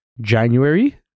January